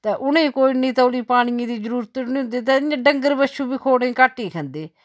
ते उ'नेंईं कोई इन्ने तौले पानियै दी जरूरत नी होंदी ते इ'यां डंगर बच्छू बी खोड़ें गी घट्ट गै खंदे